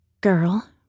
Girl